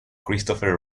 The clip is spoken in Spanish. christopher